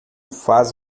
faz